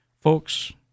Folks